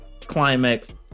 climax